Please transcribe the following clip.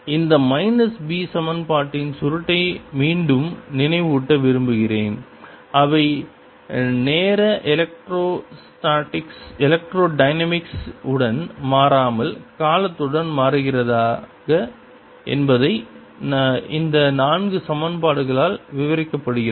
இந்த minus B சமன்பாட்டின் சுருட்டை மீண்டும் நினைவூட்ட விரும்புகிறேன் அவை நேர எலக்ட்ரோடைனமிக்ஸ் உடன் மாறாமல் காலத்துடன் மாறுகிறதா என்பதை இந்த நான்கு சமன்பாடுகளால் விவரிக்கப்படுகிறது